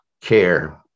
care